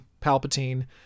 Palpatine